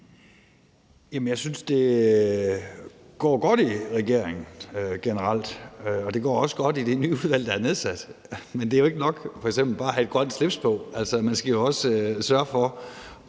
Jeg synes, det går godt i regeringen generelt, og det går også godt i det nye udvalg, der er nedsat. Men det er jo ikke nok f.eks. bare at have et grønt slips på, man skal jo også sørge for